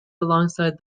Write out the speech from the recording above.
alongside